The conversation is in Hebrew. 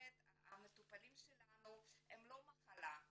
המטופלים שלנו הם לא מחלה,